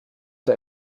der